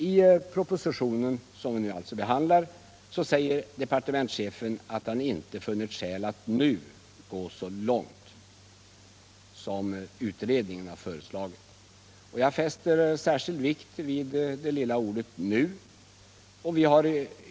I propositionen som vi nu behandlar säger departementschefen att han inte funnit skäl att nu gå så långt som utredningen föreslagit. Jag fäster särskild vikt vid det lilla ordet ”nu”.